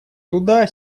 туда